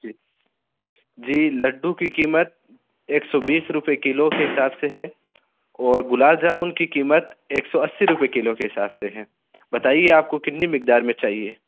جی جی لڈُّو کی قیمت ایک سو بیس روپے کلو کے حساب سے ہے اور گلاب جامن کی قیمت ایک سو اسی روپے کلو کے حساب سے ہیں بتائیے آپ کو کتنی مقدار میں چاہیے